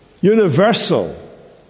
universal